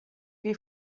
chi